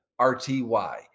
RTY